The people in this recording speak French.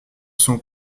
sont